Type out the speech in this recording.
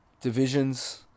divisions